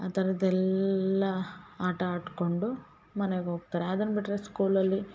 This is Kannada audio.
ಆ ಥರದ್ ಎಲ್ಲಾ ಆಟ ಆಡ್ಕೊಂಡು ಮನೆಗೆ ಹೋಗ್ತಾರೆ ಅದನ್ನ ಬಿಟ್ಟರೆ ಸ್ಕೂಲಲ್ಲಿ